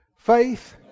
Faith